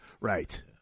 Right